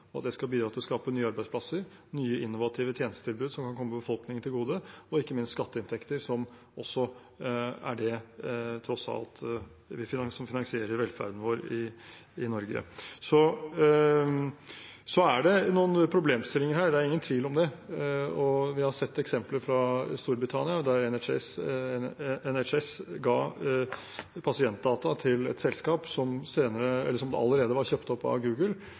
og at det skal bidra til å skape nye arbeidsplasser, nye innovative tjenestetilbud som kan komme befolkningen til gode, og ikke minst skatteinntekter, som er det som tross alt finansierer velferden vår i Norge. Så er det noen problemstillinger her, det er ingen tvil om det. Vi har sett eksempler fra Storbritannia, der NHS ga pasientdata til et selskap som allerede var kjøpt opp av Google,